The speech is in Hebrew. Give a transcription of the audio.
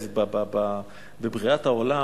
אז בבריאת העולם,